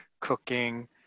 cooking